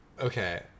Okay